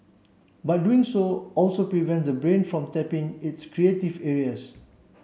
but doing so also prevents the brain from tapping its creative areas